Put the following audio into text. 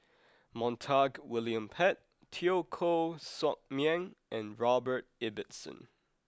Montague William Pett Teo Koh Sock Miang and Robert Ibbetson